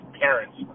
parents